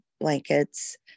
blankets